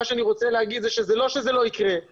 אני רוצה לומר שלא שזה לא יקרה אבל